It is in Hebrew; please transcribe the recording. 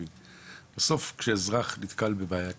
בסוף כשאזרח נתקל בבעיה כזאת,